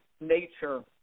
nature